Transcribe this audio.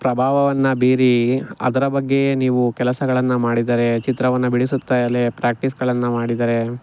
ಪ್ರಭಾವವನ್ನು ಬೀರಿ ಅದರ ಬಗ್ಗೆಯೇ ನೀವು ಕೆಲಸಗಳನ್ನು ಮಾಡಿದರೆ ಚಿತ್ರವನ್ನು ಬಿಡಿಸುತ್ತಲೇ ಪ್ರ್ಯಾಕ್ಟೀಸ್ಗಳನ್ನು ಮಾಡಿದರೆ